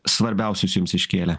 svarbiausius jums iškėlė